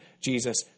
Jesus